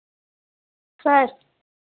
sir